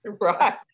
Right